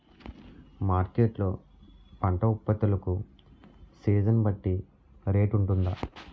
Market లొ పంట ఉత్పత్తి లకు సీజన్ బట్టి రేట్ వుంటుందా?